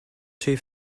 two